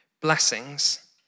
blessings